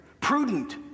Prudent